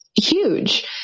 huge